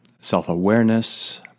self-awareness